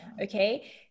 Okay